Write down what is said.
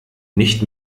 nicht